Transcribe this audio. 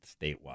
statewide